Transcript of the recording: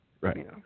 Right